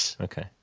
Okay